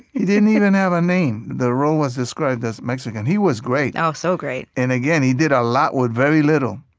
he didn't even have a name. the role was described as mexican. he was great oh, so great and again, he did a lot with very little.